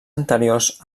anteriors